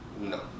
No